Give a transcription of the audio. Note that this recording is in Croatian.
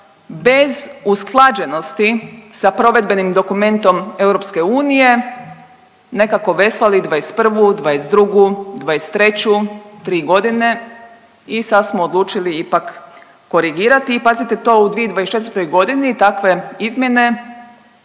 bez usklađenosti sa provedbenim dokumentom EU nekako veslali '21., '22., '23., tri godine i sad smo odlučili ipak korigirati i pazite to u 2024. godini takve izmjene